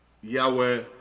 Yahweh